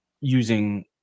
using